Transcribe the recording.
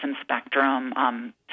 spectrum